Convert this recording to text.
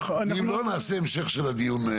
ואם לא, נעשה המשך של הדיון.